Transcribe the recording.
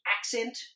accent